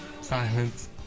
Silence